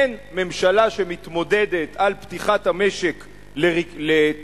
אין ממשלה שמתמודדת על פתיחת המשק לתחרות,